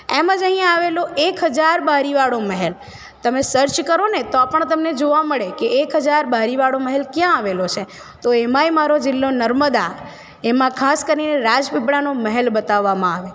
એમ જ અહીંયા આવેલો એક હજાર બારીવાળો મહેલ તમે સર્ચ કરોને તો પણ તમને જોવા મળે કે એક હજાર બારી વાળો મહેલ ક્યાં આવેલો છે તો એમાંય મારો જિલ્લો નર્મદા એમાં ખાસ કરીને રાજપીપળાનો મહેલ બતાવવામાં આવે